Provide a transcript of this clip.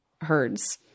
herds